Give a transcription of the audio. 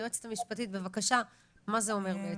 היועצת המשפטית, בבקשה, מה זה אומר בעצם?